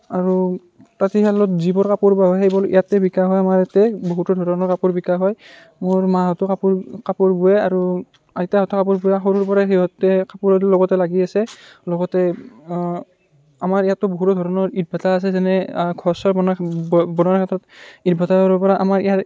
আৰু তাঁতীশালত যিবোৰ কাপোৰ বোৱা হয় সেইবোৰ ইয়াতে বিকা হয় আমাৰ ইয়াতে বহুতো ধৰণৰ কাপোৰ বিকা হয় মোৰ মাহঁতেও কাপোৰ কাপোৰ বোৱে আৰু আইতাহঁতেও কাপোৰ বোৱে সৰুৰ পৰাই সিহঁতে কাপোৰৰ লগতে লাগি আছে লগতে আমাৰ ইয়াতো বহুতো ধৰণৰ ইটভাটাৰ আছে যেনে ঘৰ চৰ বনোৱা বনোৱাৰ ক্ষেত্ৰত ইটভাটাৰৰ পৰা আমাৰ ইয়াৰ